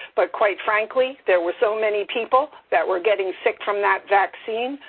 but quite frankly, there were so many people that were getting sick from that vaccine.